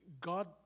God